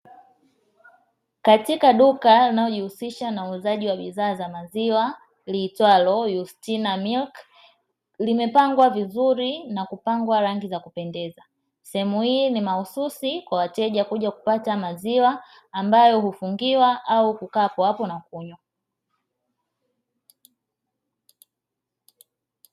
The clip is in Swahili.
Katika duka linalojihusisha na uuzaji wa bidhaa za maziwa liitwalo "YUSTINA MILK" limepangwa vizuri na kupangwa rangi za kupendeza. Sehemu hii ni mahususi kwa wateja kuja kupata maziwa ambayo hufungiwa au kukaa hapo hapo na kunywa.